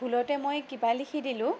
ভুলতে মই কিবা লিখি দিলোঁ